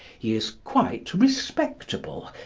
he is quite respectable,